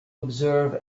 observe